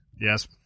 Yes